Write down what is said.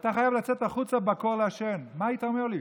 ואתה חייב לצאת החוצה בקור לעשן, מה היית אומר לי?